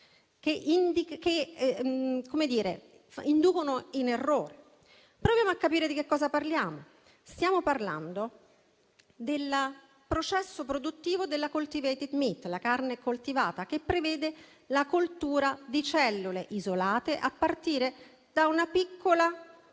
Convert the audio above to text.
che inducono in errore. Proviamo a capire di che cosa parliamo. Stiamo parlando del processo produttivo della *cultivated meat*, la carne coltivata, che prevede la coltura di cellule isolate a partire da una piccola